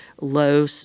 low